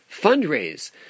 fundraise